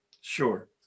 sure